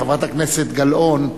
חברת הכנסת גלאון.